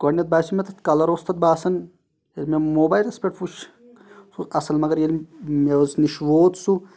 گۄڈٕنیٚتھ باسیو مےٚ تَتھ کَلَر اوس تَتھ باسان ییٚلہِ مےٚ موبایلَس پٮ۪ٹھ وٕچھ سُہ اَصٕل مگر ییٚلہِ مےٚ اوس نِش ووت سُہ